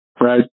right